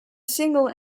single